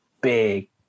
big